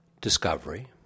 discovery